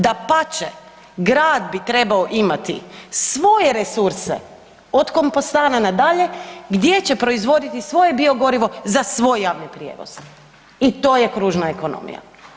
Dapače, grad bi trebao imati svoje resurse od kompostana na dalje gdje će proizvoditi svoje biogorivo za svoj javni prijevoz i to je kružna ekonomija.